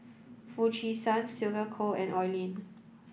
Foo Chee San Sylvia Kho and Oi Lin